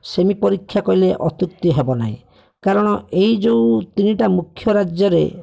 ସେମି ପରୀକ୍ଷା କହିଲେ ଅତ୍ୟୁକ୍ତି ହେବ ନାହିଁ କାରଣ ଏଇ ଯେଉଁ ତିନିଟା ମୁଖ୍ୟ ରାଜ୍ୟରେ